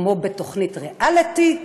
כמו בתוכנית ריאליטי,